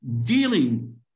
dealing